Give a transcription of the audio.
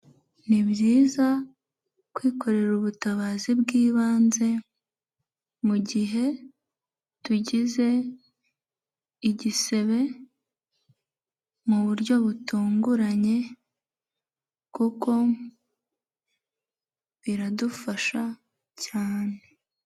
Ni byiza kwikorera ubutabazi bw'ibanze, mu gihe tugize igisebe mu buryo butunguranye kuko biradufasha cyane.